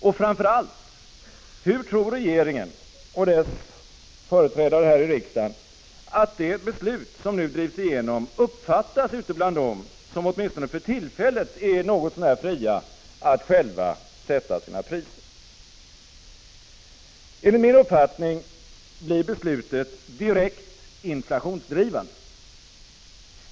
Och, framför allt, hur tror regeringen och dess företrädare här i riksdagen att det beslut som nu drivs igenom uppfattas ute bland dem som åtminstone för tillfället är något så när fria att själva sätta sina priser? Enligt min uppfattning blir beslutet direkt inflationsdrivande.